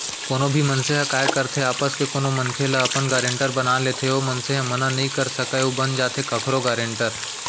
कोनो भी मनसे ह काय करथे आपस के कोनो मनखे ल अपन गारेंटर बना लेथे ओ मनसे ह मना नइ कर सकय अउ बन जाथे कखरो गारेंटर